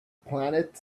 planet